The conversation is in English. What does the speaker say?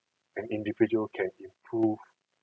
an individual can improve